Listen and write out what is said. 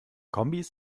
kombis